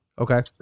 Okay